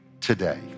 today